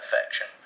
affection